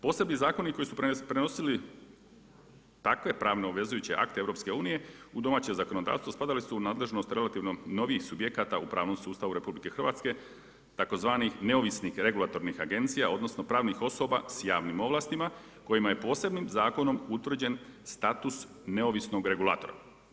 Posebni zakoni koji su prenosili takve pravno obvezujuće akte EU u domaće zakonodavstvo spadali su nadležnost relativno novijih subjekata u pravnom sustavu RH, tzv. neovisnih regulatornih agencija, odnosno pravnih osoba sa javnim ovlastima kojima je posebnim zakonom utvrđen status neovisnog regulatora.